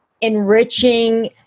Enriching